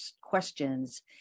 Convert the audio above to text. questions